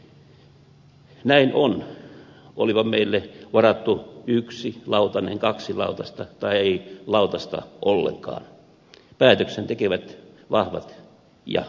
näin on olipa meille varattu yksi lautanen kaksi lautasta tai ei lautasta ollenkaan päätöksen tekevät vahvat siis muut